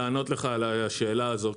אני רוצה לענות לך על השאלה הזו,